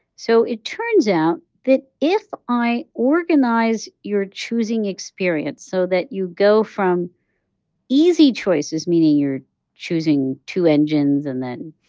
so it turns out that if i organize your choosing experience so that you go from easy choices, meaning you're choosing two engines and then,